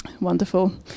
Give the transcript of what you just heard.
Wonderful